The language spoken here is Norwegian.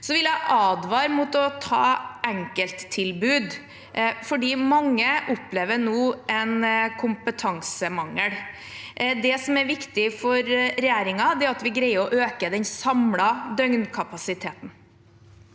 Jeg vil advare mot å ta opp enkelttilbud, for mange opplever nå en kompetansemangel. Det som er viktig for regjeringen, er at vi greier å øke den samlede døgnkapasiteten.